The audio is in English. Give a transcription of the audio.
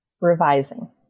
Revising